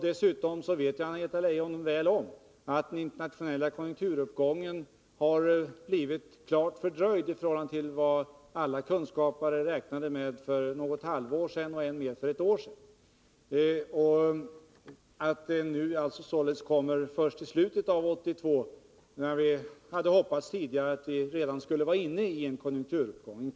Dessutom vet ju Anna-Greta Leijon mycket väl att den internationella konjukturuppgången har blivit klart fördröjd i förhållande till vad alla kunskapare räknade med för något halvår sedan och än mer för ett år sedan. Denna uppgång kommer nu således först i slutet av 1982. Vi hade hoppats att vi redan tidigare skulle vara inne i en klar konjunkturuppgång.